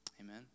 Amen